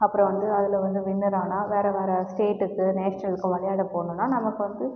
அப்புறம் வந்து அதில் வந்து வின்னர் ஆனால் வேறு வேறு ஸ்டேட்டுக்கு நேஷ்னலுக்கு விளையாட போனோன்னா நமக்கு வந்து